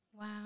Wow